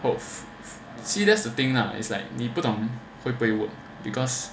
see that's the thing lah is like 你不懂会不会 work because